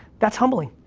that's humbling.